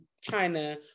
China